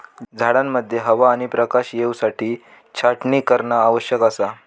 झाडांमध्ये हवा आणि प्रकाश येवसाठी छाटणी करणा आवश्यक असा